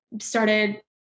started